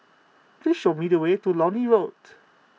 please show me the way to Lornie roat